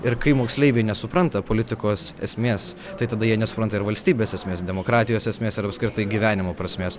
ir kai moksleiviai nesupranta politikos esmės tai tada jie nesupranta ir valstybės esmės demokratijos esmės ar apskritai gyvenimo prasmės